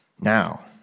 Now